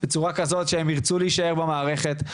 בצורה כזאת שהם ירצו להישאר במערכת.